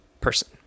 person